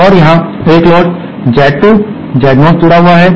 और यहां एक लोड Z2 Z0 जुड़ा हुआ है